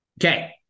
Okay